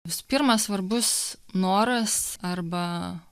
visų pirma svarbus noras arba